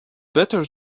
better